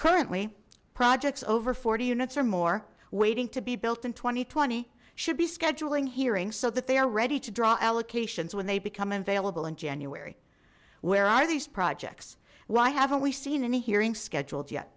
currently projects over forty units or more waiting to be built in two thousand and twenty should be scheduling hearing so that they are ready to draw allocations when they become available in january where are these projects why haven't we seen any hearing scheduled yet